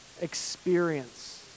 experience